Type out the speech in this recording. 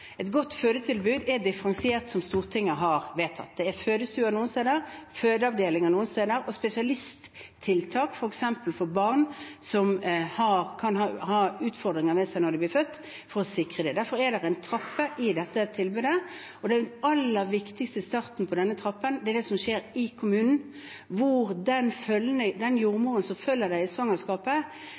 Et godt fødetilbud er differensiert, som Stortinget har vedtatt. Det er fødestuer noen steder, fødeavdelinger noen steder, og spesialisttiltak, f.eks. for barn som kan ha utfordringer når de blir født, for å sikre dem. Derfor er det en trapp i dette tilbudet, og den aller viktigste starten på denne trappen er det som skjer i kommunen, at den jordmoren som følger deg i svangerskapet,